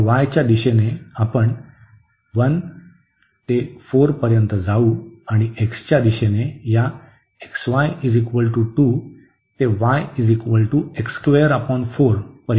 तर y च्या दिशेने आपण 1 ते 4 पर्यंत जाऊ आणि x च्या दिशेने या xy 2 ते y पर्यंत जाऊ